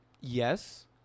Yes